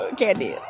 candy